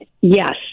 Yes